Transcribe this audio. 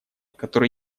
который